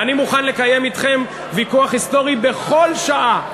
אני מוכן לקיים אתכם ויכוח היסטורי בכל שעה.